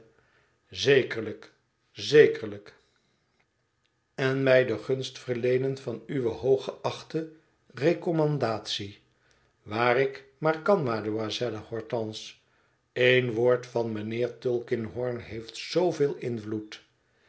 zekerlijk zekerlijk en mij de gunst verleenenvanuwe hooggeachte recommandatie waar ik maar kan mademoiselle hortense een woord van mijnheer tulkinghorn heeft zooveel invloed